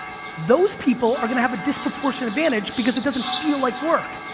those people are gonna have a disproportionate advantage because it doesn't feel like work,